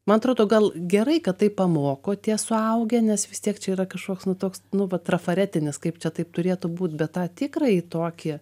man atrodo gal gerai kad tai pamoko tie suaugę nes vis tiek čia yra kažkoks nu toks nu va trafaretinis kaip čia taip turėtų būt bet tą tikrąjį tokį